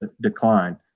decline